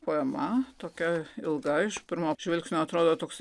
poema tokia ilga iš pirmo žvilgsnio atrodo toksai